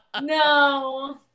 No